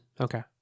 Okay